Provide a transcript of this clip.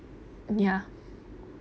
ya